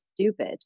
stupid